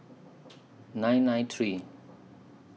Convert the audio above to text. nine nine three